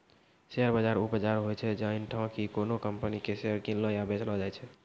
share बाजार उ बजार होय छै जैठां कि कोनो कंपनी के शेयर किनलो या बेचलो जाय छै